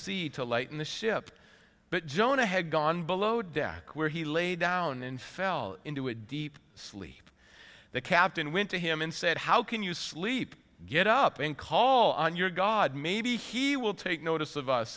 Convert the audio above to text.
lighten the ship but jonah had gone below deck where he lay down and fell into a deep sleep the captain went to him and said how can you sleep get up and call on your god maybe he will take notice of us